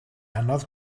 anodd